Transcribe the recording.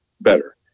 better